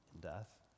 death